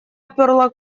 отперла